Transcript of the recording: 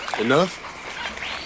Enough